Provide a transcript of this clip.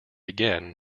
again